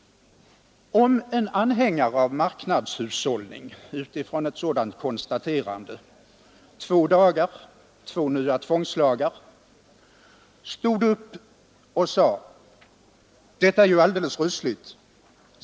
Om en anhängare av marknadshushållning utifrån detta konstaterande — två dagar, två nya tvångslagar — stod upp och sade: ”Detta är ju alldeles rysligt!